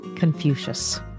Confucius